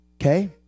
Okay